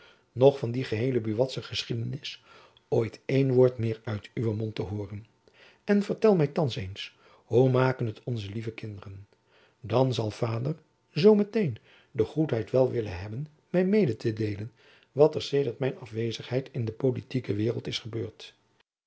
noch van die geheele buatsche geschiedenis ooit een woord meer uit uwen mond te hooren en vertel my thands eens hoe maken t onze lieve kinderen dan zal vader zoo met-een de goedheid wel willen hebben my mede te deelen wat er sedert mijn afwezigheid in de politieke waereld is gebeurd